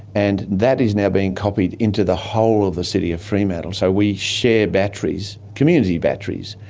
and that is now being copied into the whole of the city of fremantle, so we share batteries, community batteries,